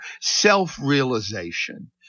Self-realization